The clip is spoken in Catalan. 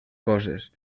coses